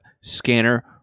scanner